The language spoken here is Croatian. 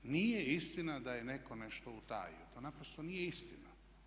Nije istina da je netko nešto utajio, to naprosto nije istina.